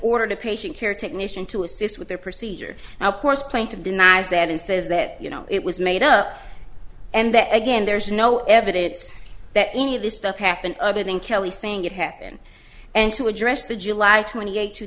order to patient care technician to assist with their procedure and of course claim to denies that and says that you know it was made up and that again there is no evidence that any of this stuff happened other than kelly saying it happen and to address the july twenty eighth two